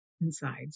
inside